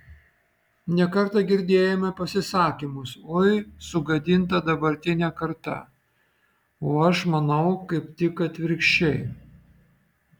ne kartą girdėjome pasisakymus oi sugadinta dabartinė karta o aš manau kaip tik atvirkščiai